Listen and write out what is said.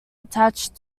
attached